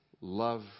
love